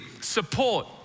support